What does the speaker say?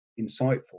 insightful